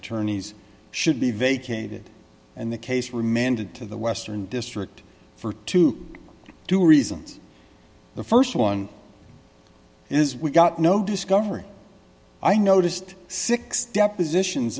attorneys should be vacated and the case remanded to the western district for to do reasons the st one is we got no discovery i noticed six depositions